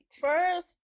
First